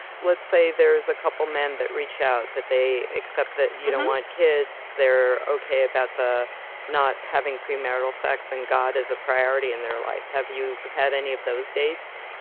let's say there's a couple men that reach out that they accept that you don't want kids. they're okay about not having premarital sex and god is a priority in their life. have you had any of those dates?